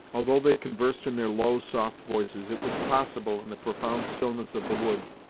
although they conversed in their low, soft voices it was possible, in the profound stillness of the woods,